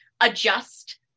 adjust